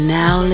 now